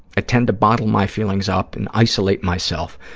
i tend to bottle my feelings up and isolate myself,